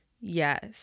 Yes